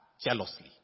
jealously